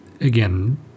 Again